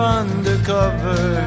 undercover